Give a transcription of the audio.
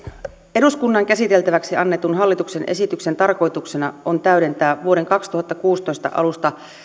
eduskunnan käsiteltäväksi annetun hallituksen esityksen tarkoituksena on täydentää vuoden kaksituhattakuusitoista alusta